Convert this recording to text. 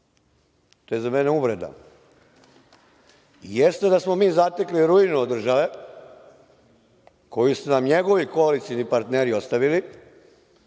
To je za mene uvreda. Jeste da smo mi zatekli ruinu od države, koju su nam njegovi koalicioni partneri ostavili,